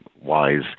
wise